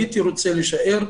הייתי רוצה להישאר.